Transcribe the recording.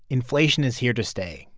inflation is here to stay.